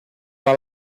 mal